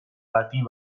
bati